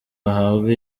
bahabwa